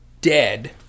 dead